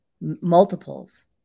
multiples